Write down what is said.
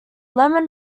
lemon